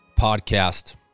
podcast